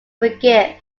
forgive